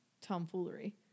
tomfoolery